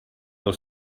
del